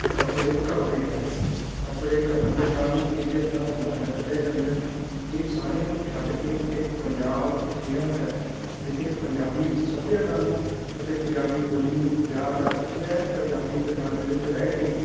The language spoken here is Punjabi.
ਕੱਪੜੇ ਘੱਟਦੇ ਜਾਂਦੇ ਹਨ ਕੱਪੜੇ ਘੱਟਣ ਦੇ ਕਾਰਨ ਇੱਜ਼ਤ ਦਾ ਜਨਾਜਾ ਕੱਢਿਆ ਜਾਂਦਾ ਹੈ ਇਹ ਸਾਰਿਆਂ ਨੂੰ ਛੱਡ ਕੇ ਇੱਕ ਪੰਜਾਬ ਅਜਿਹਾ ਹੈ ਜਿੱਥੇ ਪੰਜਾਬੀ ਸੱਭਿਅਤਾ ਨੂੰ ਅਤੇ ਪੰਜਾਬੀ ਬੋਲੀ ਨੂੰ ਪਿਆਰ ਕਰਕੇ ਐਨ ਪੰਜਾਬੀ ਪਹਿਰਾਵੇ ਵਿੱਚ ਰਹਿ ਕੇ